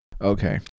Okay